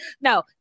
No